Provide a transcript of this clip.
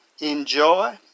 Enjoy